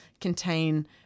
contain